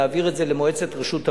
להעביר את זה למועצת רשות המים.